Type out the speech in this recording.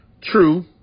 True